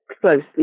closely